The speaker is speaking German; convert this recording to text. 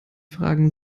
fragen